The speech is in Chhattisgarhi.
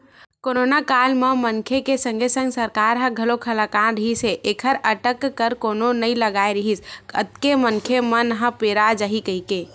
करोनो काल म मनखे के संगे संग सरकार ह घलोक हलाकान रिहिस हे ऐखर अटकर कोनो नइ लगाय रिहिस अतेक मनखे मन ह पेरा जाही कहिके